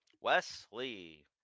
Wesley